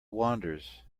wanders